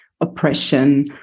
oppression